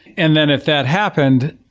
and then if that happened,